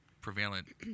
prevalent